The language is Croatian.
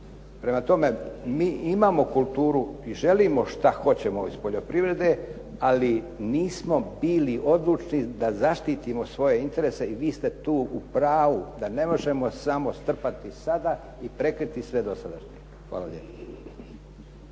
Prema tome, mi imamo kulturu i želimo šta hoćemo iz poljoprivrede ali nismo bili odlučni da zaštitimo svoje interese i vi ste tu u pravu da ne možemo samo strpati sada i prekriti sve dosadašnje. Hvala lijepa.